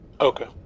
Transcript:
Okay